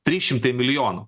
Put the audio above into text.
trys šimtai milijonų